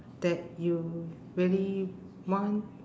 that you really want